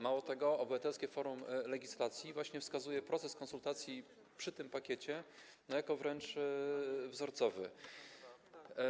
Mało tego, Obywatelskie Forum Legislacji właśnie wskazuje proces konsultacji przy tym pakiecie jako wręcz wzorcowy.